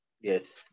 Yes